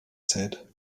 said